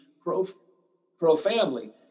pro-family